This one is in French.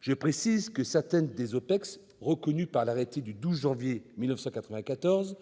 Je précise que certaines des OPEX reconnues par l'arrêté du 12 janvier 1994, texte